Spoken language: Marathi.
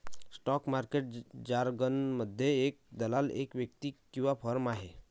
स्टॉक मार्केट जारगनमध्ये, एक दलाल एक व्यक्ती किंवा फर्म आहे